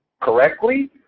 correctly